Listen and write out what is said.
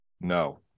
No